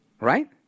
right